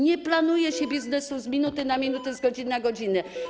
Nie planuje się biznesu z minuty na minutę, z godziny na godzinę.